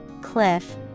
cliff